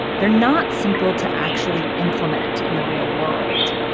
they're not simple to actually implement in the real world.